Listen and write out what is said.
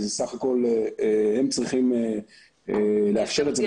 סה"כ הם צריכים לאפשר את זה.